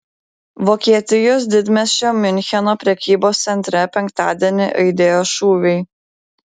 vokietijos didmiesčio miuncheno prekybos centre penktadienį aidėjo šūviai